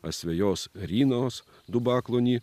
asvejos rynos dubaklonį